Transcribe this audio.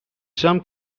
some